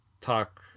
talk